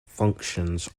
functions